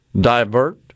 divert